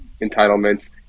entitlements